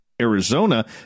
Arizona